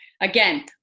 again